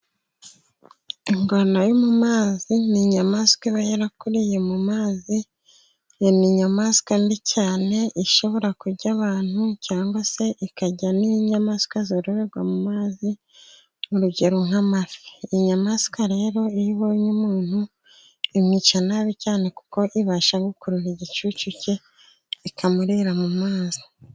Ingona yo mu mazi ni inyamaswa iba yarakuriye mu mazi. Iyi ni iyamaswa mbi cyane, ishobora kurya abantu cyangwa se ikarya n'inyamaswa zororerwa mu mazi, urugero nk'amafi. Iyi nyamaswa rero iyo ibonye umuntu imwica nabi cyane, kuko ibasha gukurura igicucu cye ikamurira mu mazi.